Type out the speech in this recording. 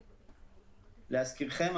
להזכירכם,